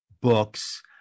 books